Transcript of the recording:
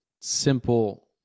simple